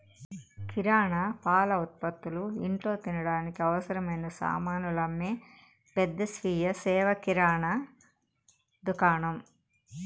కిరణా, పాల ఉత్పతులు, ఇంట్లో తినడానికి అవసరమైన సామానులు అమ్మే పెద్ద స్వీయ సేవ కిరణా దుకాణం